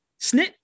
snit